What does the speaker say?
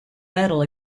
medal